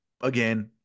Again